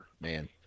man